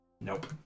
Nope